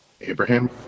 Abraham